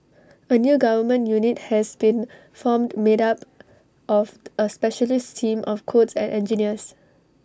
A new government unit has been formed made up of A specialist team of codes and engineers